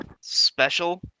special